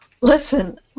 Listen